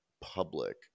public